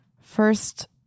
first